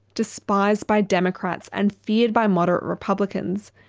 despised by democrats and feared by moderate republicans.